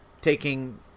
taking